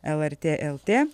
lrt lt